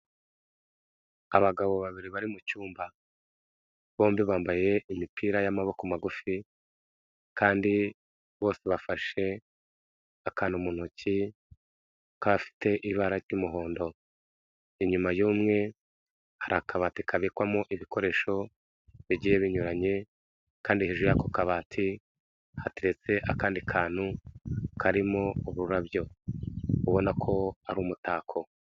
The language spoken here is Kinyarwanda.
Abagabo babiri bari mu cyumba, bombi bambaye imipira y'amaboko magufi, kandi bose bafashe akantu mu ntoki gafite ibara ry'umuhondo, inyuma y'umwe hari akabati kabikwamo ibikoresho bigiye binyuranye, kandi hejuru y'ako kabati hateretse akandi kantu karimo ururabyo, ubona ko ari umutako.